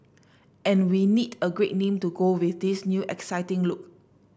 and we need a great name to go with this new exciting look